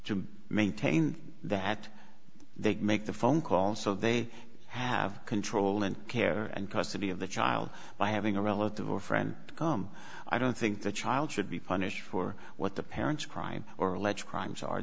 to maintain that they make the phone call so they have control and care and custody of the child by having a relative or friend come i don't think the child should be punished for what the parents crime or alleged crimes are